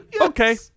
okay